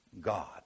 God